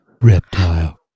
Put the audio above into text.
Reptile